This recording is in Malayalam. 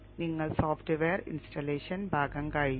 നിങ്ങളുടെ സോഫ്റ്റ്വെയർ ഇൻസ്റ്റാളേഷൻ ഭാഗം കഴിഞ്ഞു